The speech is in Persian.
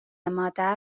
مادر